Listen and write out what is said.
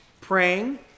praying